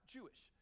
Jewish